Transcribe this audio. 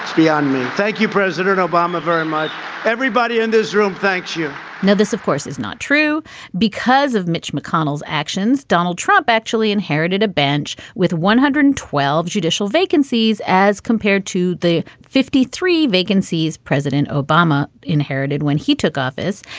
beyond me thank you president obama very much everybody in this room. thank you now this of course is not true because of mitch mcconnell's actions. donald trump actually inherited a bench with one hundred and twelve judicial vacancies as compared to the fifty three vacancies president obama inherited when he took office.